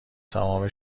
تمام